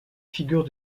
figure